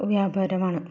ഒരു വ്യാപാരമാണ്